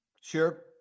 Sure